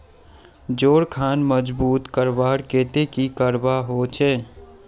जोड़ खान मजबूत करवार केते की करवा होचए?